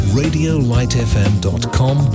radiolightfm.com